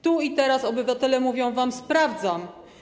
Tu i teraz obywatele mówią wam: sprawdzam.